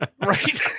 right